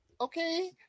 okay